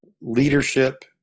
leadership